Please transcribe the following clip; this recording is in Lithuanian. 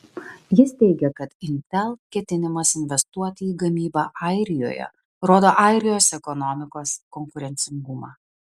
jis teigė kad intel ketinimas investuoti į gamybą airijoje rodo airijos ekonomikos konkurencingumą